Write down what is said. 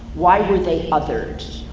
why were the othered?